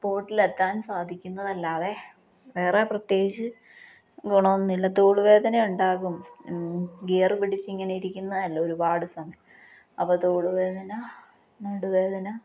സ്പോട്ടിലെത്താൻ സാധിക്കുന്നതല്ലാതെ വേറെ പ്രത്യേകിച്ച് ഗുണം ഒന്നും ഇല്ല തോളുവേദന ഉണ്ടാകും ഗിയർ പിടിച്ച് ഇങ്ങനെ ഇരിക്കുന്നതല്ലേ ഒരുപാട് സമയം അപ്പം തോളുവേദന നടുവേദന